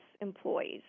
employees